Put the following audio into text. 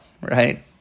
right